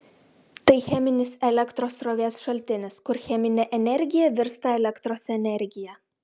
tai cheminis elektros srovės šaltinis kur cheminė energija virsta elektros energija